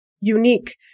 unique